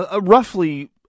roughly